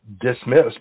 dismissed